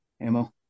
ammo